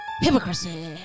hypocrisy